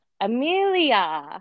Amelia